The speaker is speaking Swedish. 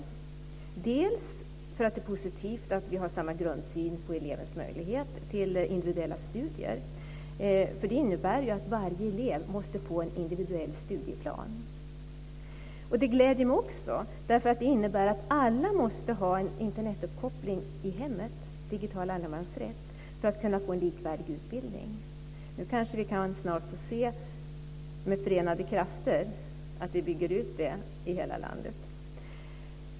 Det är positivt att vi har samma grundsyn på elevens möjlighet till individuella studier, för det innebär att varje elev måste få en individuell studieplan. Det gläder mig också därför att det innebär att alla måste ha en Internetuppkoppling i hemmet - digital allemansrätt - för att kunna få en likvärdig utbildning. Nu kanske vi snart kan få se att vi med förenade krafter bygger ut det här i hela landet.